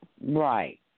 Right